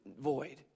void